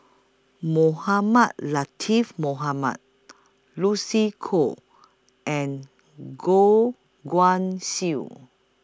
Mohamed Latiff Mohamed Lucy Koh and Goh Guan Siew